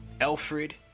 Alfred